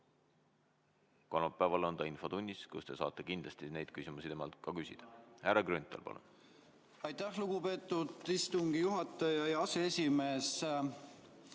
Kolmapäeval on ta infotunnis, kus te saate kindlasti neid küsimusi temalt ka küsida. Härra Grünthal, palun! Aitäh, lugupeetud istungi juhataja ja aseesimees!